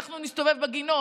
אנחנו נסתובב בגינות,